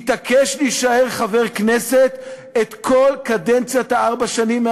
התעקש להישאר כחבר כנסת בכל קדנציית ארבע השנים,